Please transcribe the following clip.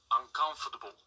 uncomfortable